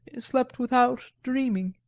slept without dreaming.